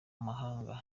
amabanga